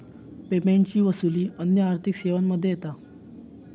पेमेंटची वसूली अन्य आर्थिक सेवांमध्ये येता